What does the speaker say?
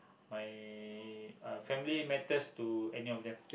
my uh family matters to any of them